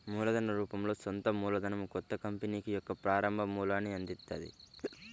మూలధన రూపంలో సొంత మూలధనం కొత్త కంపెనీకి యొక్క ప్రారంభ మూలాన్ని అందిత్తది